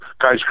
guys